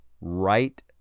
right